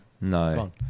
No